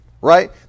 right